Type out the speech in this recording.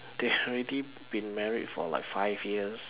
they have already been married for like five years